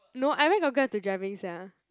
no I where got Grab to driving sia